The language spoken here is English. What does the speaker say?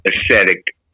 aesthetic